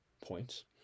points